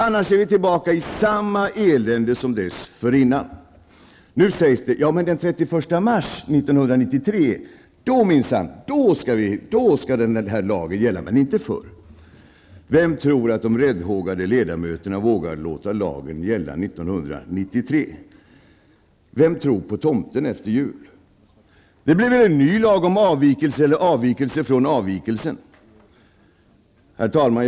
Annars är vi tillbaka i samma elände som dessförinnan. Nu sägs det: ''Ja, men den 31 mars 1993 -- då skall minsann den här lagen gälla, men inte förr!'' Vem tror att de räddhågade ledamöterna vågar låta lagen gälla 1993? Vem tror på tomten efter jul? Det blir väl en ny lag om avvikelse, eller avvikelse från avvikelsen. Fru talman!